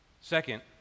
second